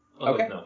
Okay